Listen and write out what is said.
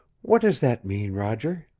what does that mean, roger?